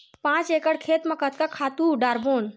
पांच एकड़ खेत म कतका खातु डारबोन?